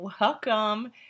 welcome